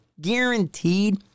guaranteed